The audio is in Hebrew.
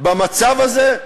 במצב הזה?